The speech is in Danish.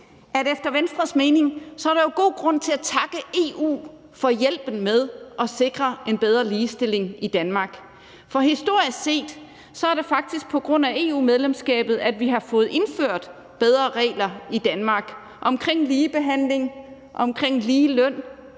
at efter Venstres mening er der god grund til at takke EU for hjælpen med at sikre en bedre ligestilling i Danmark. For historisk set er det faktisk på grund af EU-medlemskabet, at vi har fået indført bedre regler i Danmark omkring ligebehandling, omkring ligeløn